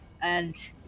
And-